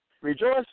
Rejoice